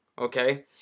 Okay